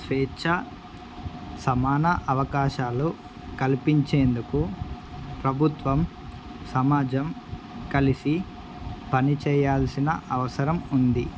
స్వేచ్ఛ సమాన అవకాశాలు కల్పించేందుకు ప్రభుత్వం సమాజం కలిసి పనిచేయాల్సిన అవసరం ఉంది